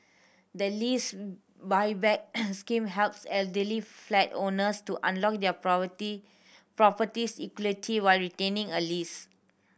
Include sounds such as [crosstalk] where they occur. the Lease Buyback [noise] Scheme helps elderly flat owners to unlock their [unintelligible] property's equity while retaining a lease